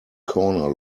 corner